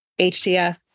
HDF